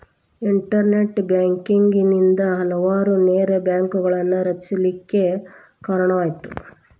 internet banking ನಿಂದಾ ಹಲವಾರು ನೇರ ಬ್ಯಾಂಕ್ಗಳನ್ನ ರಚಿಸ್ಲಿಕ್ಕೆ ಕಾರಣಾತು